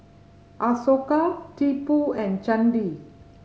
Ashoka Tipu and Chandi